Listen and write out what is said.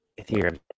Ethereum